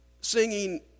singing